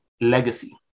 legacy